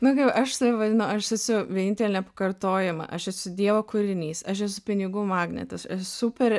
nu kaip aš save vadinu aš esu vienintelė nepakartojama aš esu dievo kūrinys aš esu pinigų magnetas super